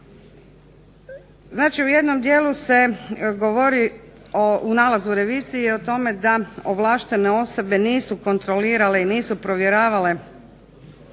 u jednom dijelu se govori u nalazu revizije o tome da ovlaštene osobe nisu kontrolirale i nisu provjeravale